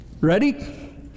ready